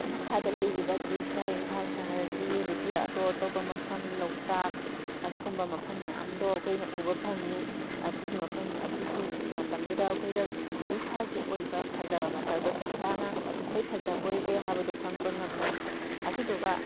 ꯃꯈꯥꯗ ꯂꯩꯔꯤꯕ ꯗ꯭ꯔꯤꯁ ꯏꯝꯐꯥꯜ ꯁꯍꯔꯒꯤ ꯑꯗꯨꯗꯒꯤ ꯑꯇꯣꯞ ꯑꯇꯣꯞꯄ ꯃꯐꯝ ꯂꯣꯛꯇꯥꯛ ꯑꯗꯨꯒꯨꯝꯕ ꯃꯐꯝ ꯃꯌꯥꯝꯗꯣ ꯑꯩꯈꯣꯏꯅ ꯎꯕ ꯐꯪꯉꯤ ꯑꯗꯨꯒꯤ ꯃꯐꯝ ꯑꯗꯨꯒꯤ ꯃꯇꯝꯗꯨꯗ ꯑꯩꯈꯣꯏꯗ ꯃꯍꯧꯁꯥꯒꯤ ꯑꯣꯏꯕ ꯐꯖꯕ ꯃꯁꯛ ꯑꯗꯨ ꯆꯞ ꯆꯥꯅ ꯑꯗꯨꯛꯈꯩ ꯐꯖꯕꯣꯏꯔꯦ ꯍꯥꯏꯕꯗꯣ ꯈꯪꯕ ꯉꯝꯃꯤ ꯑꯗꯨꯗꯨꯒ